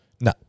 No